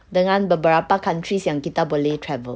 dengan beberapa countries yang kita boleh travel